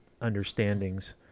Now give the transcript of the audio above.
understandings